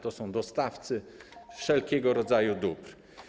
To są dostawcy wszelkiego rodzaju dóbr.